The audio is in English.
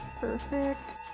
perfect